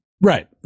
right